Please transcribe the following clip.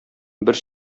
бер